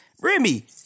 Remy